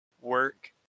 work